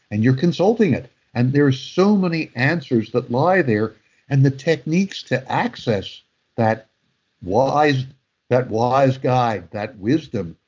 and you're consulting it and there's so many answers that lie there and the techniques to access that wise that wise guy, that wisdom,